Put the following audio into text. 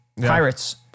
Pirates